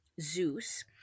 Zeus